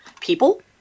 people